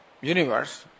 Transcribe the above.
universe